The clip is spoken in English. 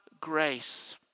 grace